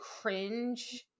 cringe